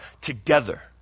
together